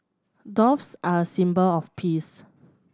doves are a symbol of peace